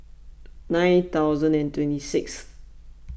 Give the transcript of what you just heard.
nine thousand and twenty sixth